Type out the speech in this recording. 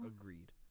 Agreed